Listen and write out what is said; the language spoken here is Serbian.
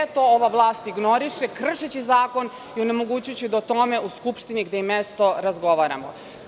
Sve to ova vlast ignoriše, kršeći zakon i onemogućujući da o tome u Skupštini, gde je mesto, razgovaramo.